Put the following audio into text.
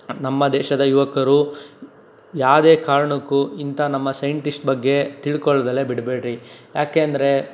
ನಮ್ಮ ದೇಶದ ಯುವಕರು ಯಾವುದೇ ಕಾರ್ಣಕ್ಕೂ ಇಂಥ ನಮ್ಮ ಸೈಂಟಿಸ್ಟ್ ಬಗ್ಗೆ ತಿಳ್ಕೊಳ್ದೇ ಬಿಡಬೇಡ್ರಿ ಏಕೆಂದ್ರೆ